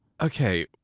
Okay